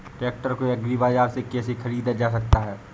Tractor को agri बाजार से कैसे ख़रीदा जा सकता हैं?